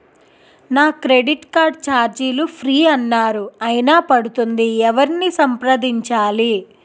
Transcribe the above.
నా credit card ఛార్జీలు free అన్నారు అయినా పడుతుంది ఎవరిని సంప్రదించాలి?